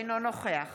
אינו נוכח